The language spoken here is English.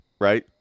right